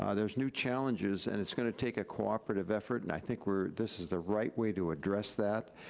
ah there's new challenges, and it's gonna take a cooperative effort. and i think we're, this is the right way to address that,